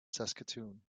saskatoon